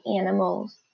animals